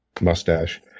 mustache